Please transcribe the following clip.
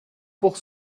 pour